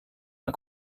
mal